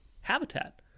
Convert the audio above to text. habitat